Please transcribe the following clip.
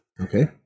Okay